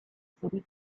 city